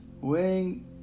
Winning